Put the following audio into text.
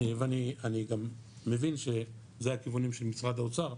ואני גם מבין שאלה הכיוונים של משרד האוצר,